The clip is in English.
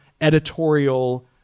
editorial